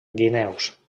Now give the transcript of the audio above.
guineus